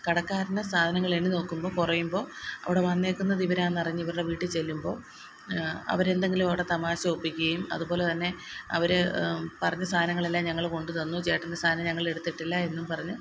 കടക്കാരന് സാധനങ്ങൾ എണ്ണി നോക്കുമ്പോൾ കുറയുമ്പോൾ അവിടെ വന്നേക്കുന്നത് ഇവരാണെന്ന് അറിഞ്ഞു ഇവരുടെ വീട്ടിൽ ചെല്ലുമ്പോൾ അവരെന്തെങ്കിലും അവിടെ തമാശ ഒപ്പിക്കുകയും അതുപോലെ തന്നെ അവര് പറഞ്ഞ സാധനങ്ങളെല്ലാം ഞങ്ങള് കൊണ്ട് തന്നു ചേട്ടൻ്റെ സാധനങ്ങൾ ഞങ്ങളെടുത്തിട്ടില്ല എന്നും പറഞ്ഞ്